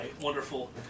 wonderful